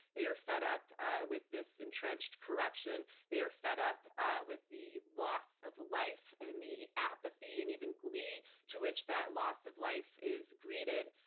they are fed up with this entrenched corruption. they are fed up up with the loss of life and the apathy, and even glee, to which that loss of life is greeted.